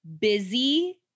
busy